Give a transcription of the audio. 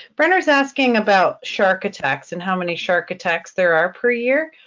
brenner's asking about shark attacks and how many shark attacks there are per year.